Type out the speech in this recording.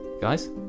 guys